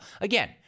Again